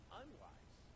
unwise